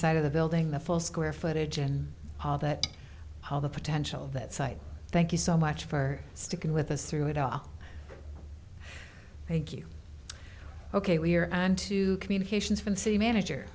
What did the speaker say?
side of the building the full square footage and all that how the potential of that site thank you so much for sticking with us through it all thank you ok we're on to communications from city manager